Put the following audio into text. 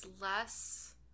less